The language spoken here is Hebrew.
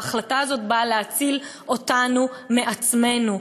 ההחלטה הזאת באה להציל אותנו מעצמנו,